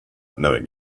knowing